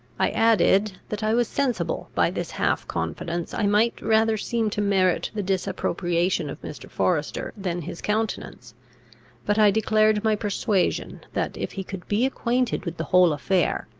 i added, that i was sensible, by this half-confidence, i might rather seem to merit the disapprobation of mr. forester than his countenance but i declared my persuasion that, if he could be acquainted with the whole affair,